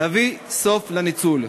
להביא סוף לניצול.